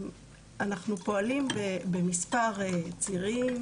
אנחנו פועלים במספר צירים,